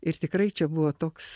ir tikrai čia buvo toks